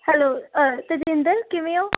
hello Tajinder ਕਿਵੇਂ ਓਂ